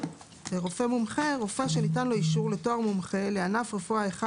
"רופא מומחה" רופא שניתן לו אישור לתואר מומחה לענף רפואה אחד